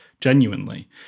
genuinely